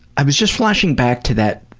i was just flashing back to that,